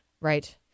Right